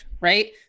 right